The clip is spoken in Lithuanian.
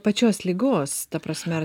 pačios ligos ta prasme